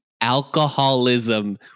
alcoholism